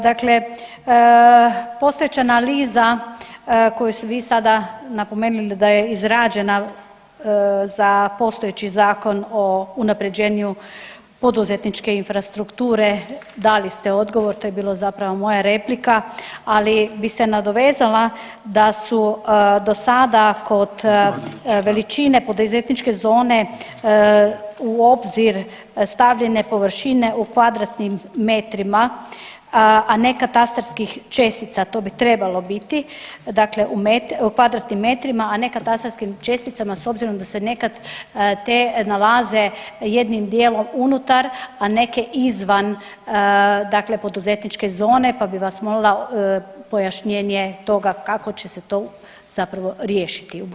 Dakle, postojeća analiza koju ste vi sada napomenuli da je izrađena za postojeći Zakon o unapređenju poduzetničke infrastrukture dali ste odgovor, to je bila zapravo moja replika, ali bi se nadovezala da su do sada kod veličine poduzetničke zone u obzir stavljene površine u kvadratnim metrima, a ne katastarskih čestica, to bi trebalo biti dakle u kvadratnim metrima, a ne katastarskim česticama s obzirom da se nekad te nalaze jednim dijelom unutar, a neke izvan poduzetničke zone pa bi vas molila pojašnjenje toga kako će se to zapravo riješiti ubuduće.